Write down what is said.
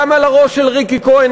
גם על הראש של ריקי כהן,